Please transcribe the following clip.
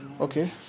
Okay